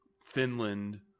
Finland